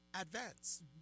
Advance